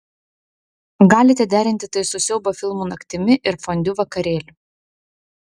galite derinti tai su siaubo filmų naktimi ir fondiu vakarėliu